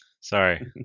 sorry